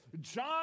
John